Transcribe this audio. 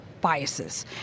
biases